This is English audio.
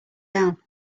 down